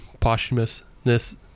posthumousness